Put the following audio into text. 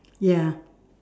ya